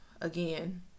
again